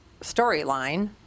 storyline